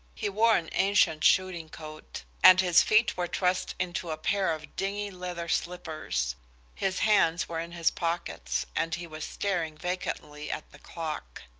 he wore an ancient shooting coat, and his feet were trust into a pair of dingy leather slippers his hands were in his pockets, and he was staring vacantly at the clock.